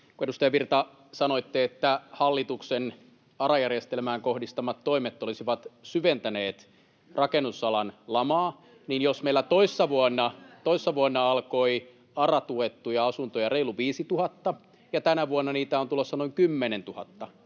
edustaja Virta, kun sanoitte, että hallituksen ARA-järjestelmään kohdistamat toimet olisivat syventäneet rakennusalan lamaa, [Vasemmalta: Kyllä!] niin jos meillä toissa vuonna oli ARA-tuettuja asuntoja reilu 5 000 ja tänä vuonna niitä on tulossa noin 10 000,